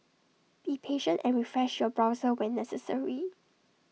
be patient and refresh your browser when necessary